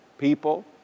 people